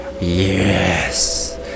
Yes